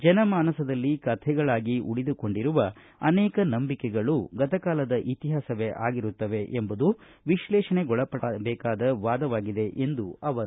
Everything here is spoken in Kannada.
ಜನಮಾನಸದಲ್ಲಿ ಕಥೆಗಳಾಗಿ ಉಳಿದುಕೊಂಡಿರುವ ಅನೇಕ ನಂಬಿಕೆಗಳು ಗತಕಾಲದ ಇತಿಹಾಸವೇ ಆಗಿರುತ್ತದೆ ಎಂಬುದು ವಿಶ್ಲೇಷಣೆಗೊಳಪಡಬೇಕಾದ ವಾದವಾಗಿದೆ ಎಂದರು